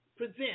Present